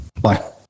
bye